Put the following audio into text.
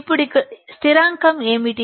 ఇప్పుడు ఇక్కడ స్థిరాంకం ఏమిటి